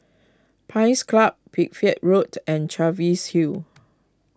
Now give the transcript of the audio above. Pines Club Pipit Road and Cheviot Hill